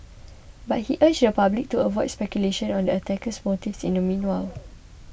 but he urged the public to avoid speculation on the attacker's motives in the meanwhile